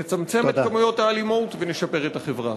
נצמצם את רמות האלימות ונשפר את החברה.